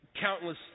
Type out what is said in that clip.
countless